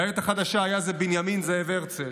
בעת החדשה היה זה בנימין זאב הרצל,